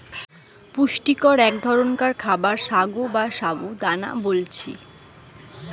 পুষ্টিকর এক ধরণকার খাবার সাগো বা সাবু দানা বলতিছে